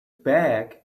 back